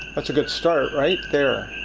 that's a good start, right? there.